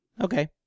Okay